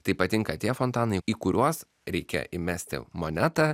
tai patinka tie fontanai į kuriuos reikia įmesti monetą